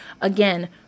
Again